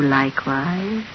likewise